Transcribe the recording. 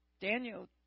Daniel